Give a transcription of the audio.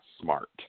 smart